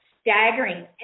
staggering